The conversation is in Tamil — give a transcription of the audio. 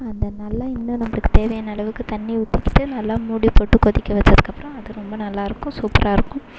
அந்த நல்ல இன்னும் நம்மளுக்கு தேவையான அளவுக்கு தண்ணி ஊற்றிக்கிட்டு நல்லா மூடி போட்டு கொதிக்க வச்சதுக்கப்புறம் அது ரொம்ப நல்லா இருக்கும் சூப்பராக இருக்கும்